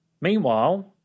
Meanwhile